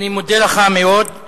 אני מודה לך מאוד.